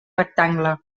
rectangle